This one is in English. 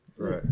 right